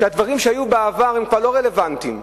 כי הדברים שהיו בעבר כבר לא רלוונטיים.